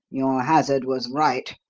your hazard was right.